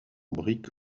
brique